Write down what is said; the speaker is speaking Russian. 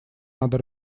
надо